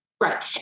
Right